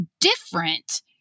different